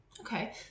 Okay